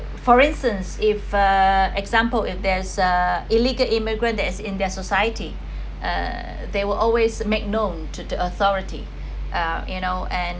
for instance if uh example if there's uh illegal immigrant that's in their society uh they will always make known to the authority uh you know and